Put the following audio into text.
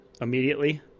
immediately